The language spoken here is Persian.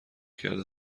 کرده